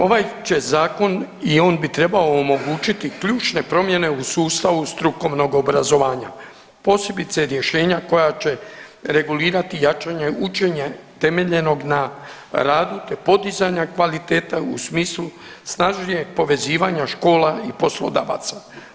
Ovaj će zakon i on bi trebao omogućiti ključne promjene u sustavu strukovnog obrazovanja, posebice rješenja koja će regulirati jačanje učenja temeljenog na radu te podizanja kvaliteta u smislu snažnijeg povezivanja škola i poslodavaca.